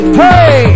hey